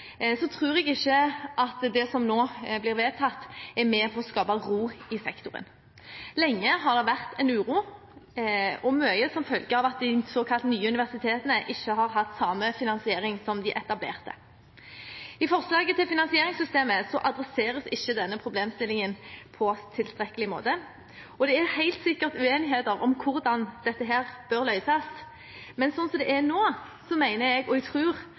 tror jeg ikke at det som nå blir vedtatt, er med på å skape ro i sektoren. Lenge har det vært en uro, og mye som følge av at de såkalt nye universitetene ikke har hatt samme finansiering som de etablerte. I forslaget til finansieringssystem adresseres ikke denne problemstillingen på tilstrekkelig måte, og det er helt sikkert uenighet om hvordan dette bør løses. Men sånn som det er nå, mener jeg – og jeg